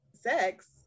sex